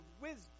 wisdom